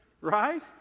right